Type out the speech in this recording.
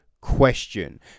question